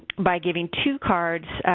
by giving two cards,